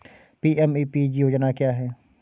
PMEPG योजना क्या है?